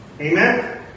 Amen